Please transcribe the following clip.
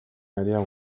aria